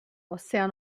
ossea